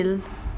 like a meal